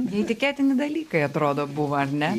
neįtikėtini dalykai atrodo buvo ar ne